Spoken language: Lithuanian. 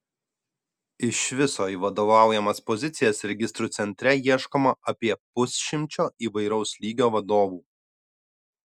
iš viso į vadovaujamas pozicijas registrų centre ieškoma apie pusšimčio įvairaus lygio vadovų